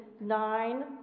nine